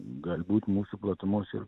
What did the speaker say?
galbūt mūsų platumose ir